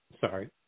Sorry